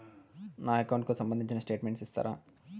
నా అకౌంట్ కు సంబంధించిన స్టేట్మెంట్స్ ఇస్తారా